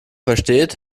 versteht